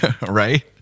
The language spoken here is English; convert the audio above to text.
Right